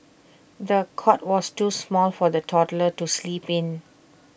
the cot was too small for the toddler to sleep in